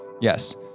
Yes